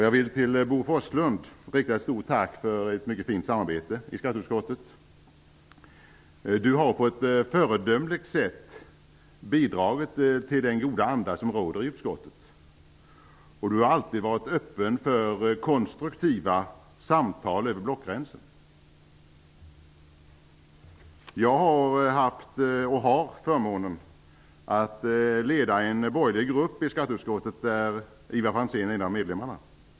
Jag vill till Bo Forslund rikta ett stort tack för ett mycket fint samarbete i skatteutskottet. Bo Forslund har på ett föredömligt sätt bidragit till den goda anda som råder i utskottet. Han har alltid varit öppen för konstruktiva samtal över blockgränserna. Jag har haft och har förmånen att leda en borgerlig grupp i skatteutskottet där Ivar Franzén är en av medlemmarna.